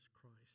Christ